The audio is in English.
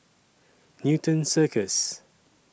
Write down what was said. Newton Circus